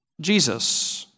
Jesus